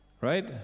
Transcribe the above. right